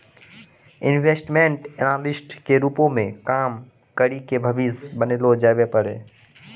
investment analyst के रूपो मे काम करि के भविष्य बनैलो जाबै पाड़ै